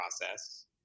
process